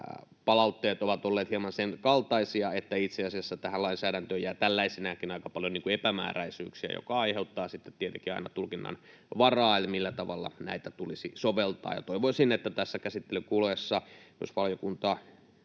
palautteet ovat olleet hieman sen kaltaisia, että itse asiassa tähän lainsäädäntöön jää tällaisenakin aika paljon epämääräisyyksiä, mikä aiheuttaa sitten tietenkin aina tulkinnan varaa siinä, millä tavalla näitä tulisi soveltaa. Toivoisin, että tässä käsittelyn kuluessa myös valiokunta